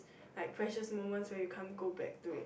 like precious moments where you can't go back to it